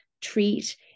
treat